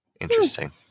Interesting